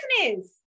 business